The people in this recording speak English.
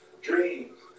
dreams